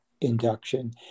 induction